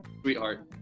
sweetheart